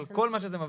על כל מה שזה מביא.